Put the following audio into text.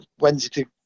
Wednesday